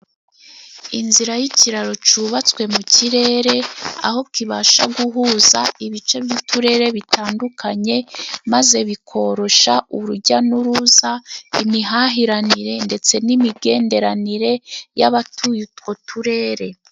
Inzira y'ikiraro cyubatswe mu kirere， aho kibasha guhuza ibice by'uturere bitandukanye，maze bikorosha urujya n'uruza，imihahiranire ndetse n'imigenderanire y'abatuye utwo turere.